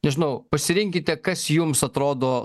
nežinau pasirinkite kas jums atrodo